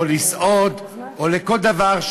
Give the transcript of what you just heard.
או לסעוד או לכל דבר.